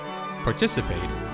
participate